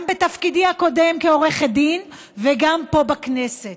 גם בתפקידי הקודם כעורכת דין וגם פה, בכנסת,